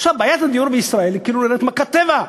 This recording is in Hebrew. עכשיו, בעיית הדיור בישראל היא כאילו מכת טבע.